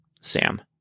Sam